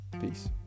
Peace